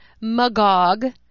Magog